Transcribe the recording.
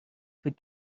فکر